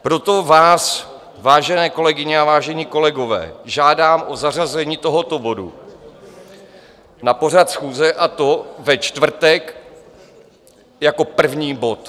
Proto vás, vážené kolegyně a vážení kolegové, žádám o zařazení tohoto bodu na pořad schůze, a to ve čtvrtek jako první bod.